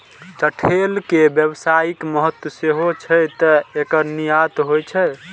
चठैल के व्यावसायिक महत्व सेहो छै, तें एकर निर्यात होइ छै